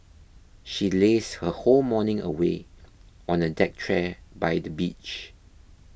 she lazed her whole morning away on a deck chair by the beach